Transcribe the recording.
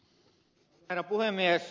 herra puhemies